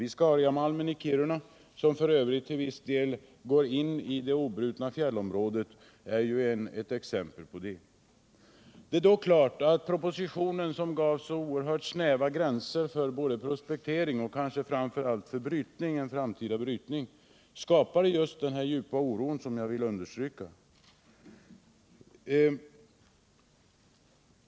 Viskariamalmen i Kiruna, som f. ö. till viss del i det obrutna fjällområdet, är ett exempel på det. Det är då förklarligt att propositionen, som gav så oerhört snäva gränser för prospektering och kanske framför allt för framtida brytning, skapade den djupa oro som jag vill understryka.